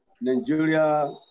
Nigeria